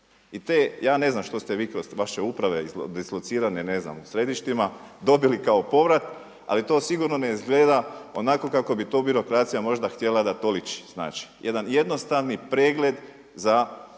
zna. Ja ne znam što ste vi kroz vaše uprave dislocirane u središtima dobili kao povrat, ali to sigurno ne izgleda onako kako bi to birokracija možda htjela da to liči. Znači jedan jednostavni pregled za ove